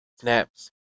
snaps